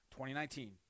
2019